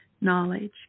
knowledge